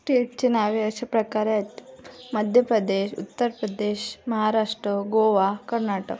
स्टेटचे नावे अशा प्रकारे आहेत मध्य प्रदेश उत्तर प्रदेश महाराष्ट्र गोवा कर्नाटक